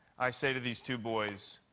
i say to these two boys,